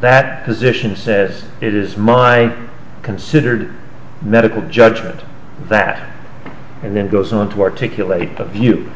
that position says it is my considered medical judgment that then goes on to articulate the view